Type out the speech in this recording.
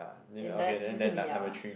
in that 就是你要 ah